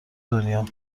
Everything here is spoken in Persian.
دنیا